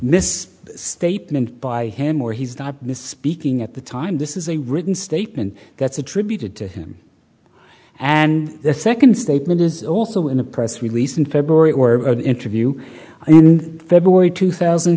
mis statement by ham or he's not mis speaking at the time this is a written statement that's attributed to him and the second statement is also in a press release in february or an interview and february two thousand